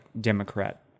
Democrat